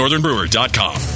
northernbrewer.com